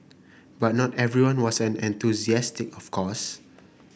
but not everyone was an enthusiastic of course